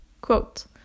quote